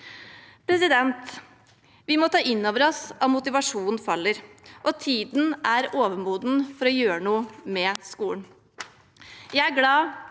til hver. Vi må ta inn over oss at motivasjonen faller, og tiden er overmoden for å gjøre noe med skolen.